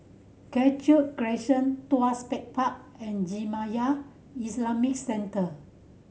Cashew Crescent Tuas Pech Park and Jamiyah Islamic Centre